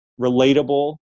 relatable